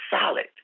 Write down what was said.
solid